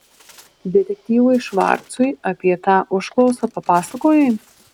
detektyvui švarcui apie tą užklausą papasakojai